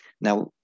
Now